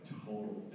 total